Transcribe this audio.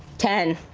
ten.